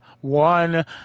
one